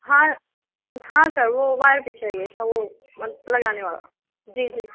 ہاں ہاں سر وہ وائر بھی چاہیے تھا وہ لگانے والا جی جی